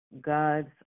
God's